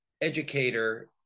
educator